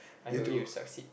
I hope you will succeed